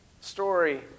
story